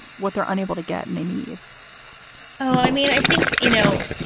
what they are unable to get? and they need well, i mean, i think, you know,